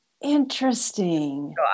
Interesting